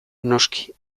noski